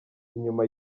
inyuma